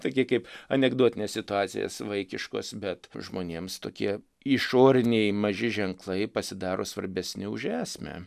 taigi kaip anekdotinės situacijas vaikiškos bet žmonėms tokie išoriniai maži ženklai pasidaro svarbesni už esmę